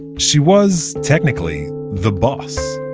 she was technically the boss.